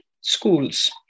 Schools